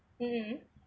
mm